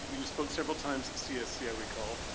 but you spoke several times at cfc i recall.